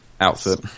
outfit